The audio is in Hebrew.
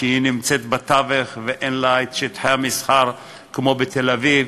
שנמצאת בתווך ואין לה שטחי מסחר כמו בתל-אביב,